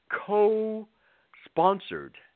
co-sponsored